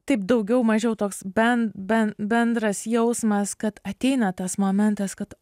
taip daugiau mažiau toks ben ben bendras jausmas kad ateina tas momentas kad